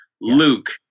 Luke